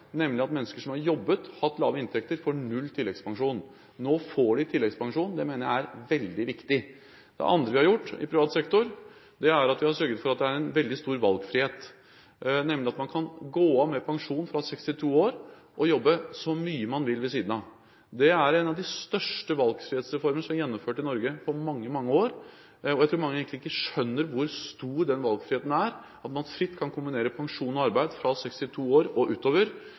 nemlig at mennesker som har jobbet og hatt lave inntekter, får null tilleggspensjon. Nå får de tilleggspensjon. Det mener jeg er veldig viktig. Det andre vi har gjort i privat sektor, er at vi har sørget for en veldig stor valgfrihet ved at man kan gå av med pensjon fra 62 år og jobbe så mye man vil ved siden av. Det er en av de største valgfrihetsreformene som er gjennomført i Norge på mange, mange år. Jeg tror mange egentlig ikke skjønner hvor stor den valgfriheten er, at man fritt kan kombinere pensjon og arbeid fra 62 år og utover.